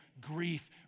grief